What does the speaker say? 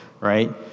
right